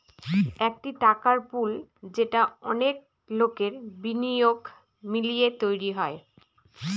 একটি টাকার পুল যেটা অনেক লোকের বিনিয়োগ মিলিয়ে তৈরী হয়